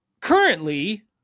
currently